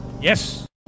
Yes